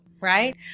Right